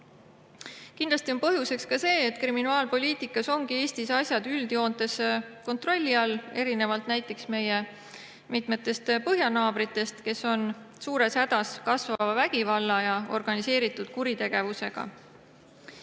Kindlasti on põhjuseks ka see, et kriminaalpoliitikas ongi Eestis asjad üldjoontes kontrolli all, erinevalt näiteks meie mitmest põhjanaabrist, kes on suures hädas kasvava vägivalla ja organiseeritud kuritegevusega.